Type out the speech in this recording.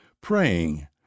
Praying